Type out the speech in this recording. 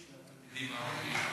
לא שליש מהתלמידים הערבים.